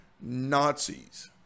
Nazis